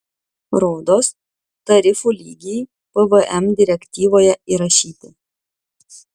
rodos tarifų lygiai pvm direktyvoje įrašyti